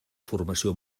formació